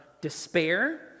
despair